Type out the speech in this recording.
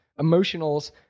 emotionals